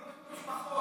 זה לא איחוד משפחות,